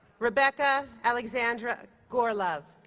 rebecca alexandra gorelov